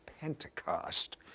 Pentecost